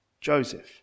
Joseph